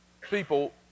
people